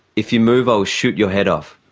if you move i'll shoot your head off.